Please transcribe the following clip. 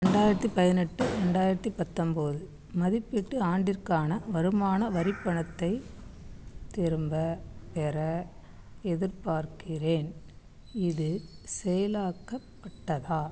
ரெண்டாயிரத்தி பதினெட்டு ரெண்டாயிரத்தி பத்தன்போது மதிப்பீட்டு ஆண்டிற்கான வருமான வரிப் பணத்தைத் திரும்பப்பெற எதிர்பார்க்கிறேன் இது செயலாக்கப்பட்டதா